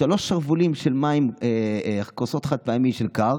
שלושה שרוולים של כוסות חד-פעמיות של מים קרים